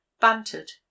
bantered